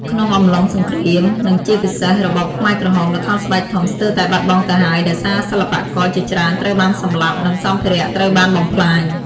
ក្នុងអំឡុងសង្គ្រាម និងជាពិសេសរបបខ្មែរក្រហម ល្ខោនស្បែកធំស្ទើរតែបាត់បង់ទៅហើយ ដោយសារសិល្បករជាច្រើនត្រូវបានសម្លាប់ និងសម្ភារៈត្រូវបានបំផ្លាញ ។